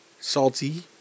Salty